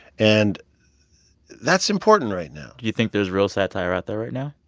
and that's important right now do you think there's real satire out there right now?